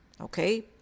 Okay